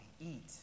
Eat